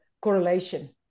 correlation